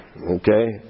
Okay